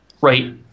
Right